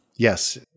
Yes